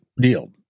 deal